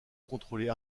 contrôler